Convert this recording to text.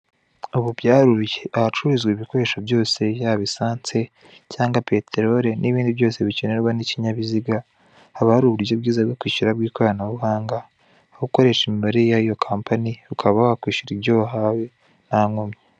Ubu byaroroshye, ahacuruzwa ibikoresho byose yaba esansi cyangwa peteroli n'ibindi byose bikenerwa ni ikinyabiziga, haba hari uburyo bwiza bwo kwishyura bw'ikoranabuhanga, aho ukoresha imibare yiyo kampani ukaba wakwishyura ibyo wahawe nta nkomyi.